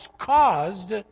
caused